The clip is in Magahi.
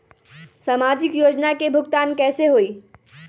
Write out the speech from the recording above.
समाजिक योजना के भुगतान कैसे होई?